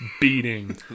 beating